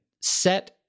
set